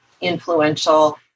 influential